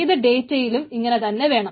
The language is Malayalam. ഇത് ഡേറ്റയിലും ഇങ്ങനെ തന്നെ വേണം